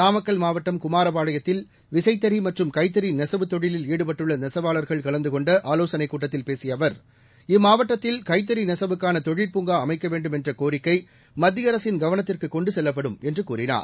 நாமக்கல் மாவட்டம் குமாரபாளையத்தில் விசைத்தறி மற்றும் கைத்தறி நெசவுத் தொழிலில் ஈடுபட்டுள்ள நெசவாளர்கள் கலந்து கொண்ட ஆலோசனைக் கூட்டத்தில் பேசிய அவர் இம்மாவட்டத்தில் கைத்தறி நெசவுக்கான தொழிற்பூங்கா அமைக்க வேண்டும் என்ற கோரிக்கை மத்திய அரசின் கவனத்திற்கு கொண்டு செல்லப்படும் என்று கூறினார்